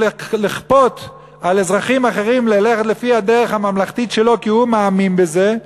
ולכפות על אזרחים אחרים ללכת לפי הדרך הממלכתית שלו כי הוא מאמין בזה,